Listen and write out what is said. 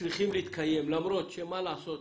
צריכים להתקיים, למרות שמה לעשות,